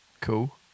Cool